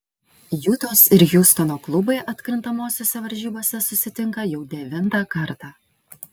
jutos ir hjustono klubai atkrintamosiose varžybose susitinka jau devintą kartą